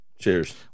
cheers